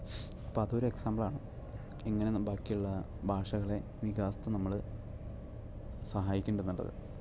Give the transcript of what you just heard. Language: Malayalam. അപ്പൊ അതൊരു എക്സാമ്പിൾ ആണ് ഇങ്ങനെ ബാക്കിയുള്ള ഭാഷകളെ വികാസത്തെ നമ്മൾ സഹായിക്കുന്നുണ്ടെന്നുള്ളത്